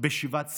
בשיבת ציון.